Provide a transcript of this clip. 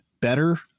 better